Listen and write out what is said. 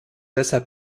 deshalb